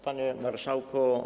Panie Marszałku!